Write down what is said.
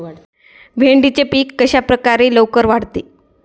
भेंडीचे पीक कशाप्रकारे लवकर वाढते?